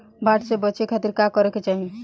बाढ़ से बचे खातिर का करे के चाहीं?